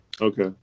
Okay